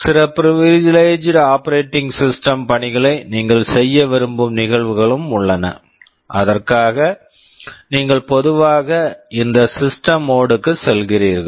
சில privileged privileged operating system operating system பணிகளை நீங்கள் செய்ய விரும்பும் நிகழ்வுகளும் உள்ளன அதற்காக நீங்கள் பொதுவாக இந்த சிஸ்டம் system மோட் mode க்குச் செல்கிறீர்கள்